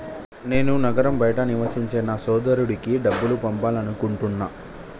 నేను నగరం బయట నివసించే నా సోదరుడికి డబ్బు పంపాలనుకుంటున్నా